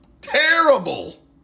terrible